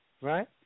Right